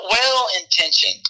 well-intentioned